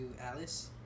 Alice